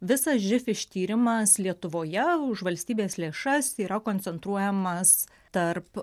visas živ ištyrimas lietuvoje už valstybės lėšas yra koncentruojamas tarp